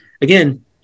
again